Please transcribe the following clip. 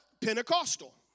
Pentecostal